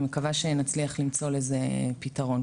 אני מקווה שנצליח למצוא לזה פתרון.